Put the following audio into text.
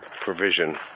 provision